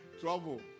trouble